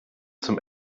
zum